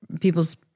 people's